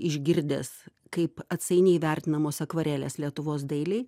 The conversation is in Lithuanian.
išgirdęs kaip atsainiai vertinamos akvarelės lietuvos dailėj